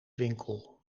winkel